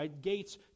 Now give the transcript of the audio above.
Gates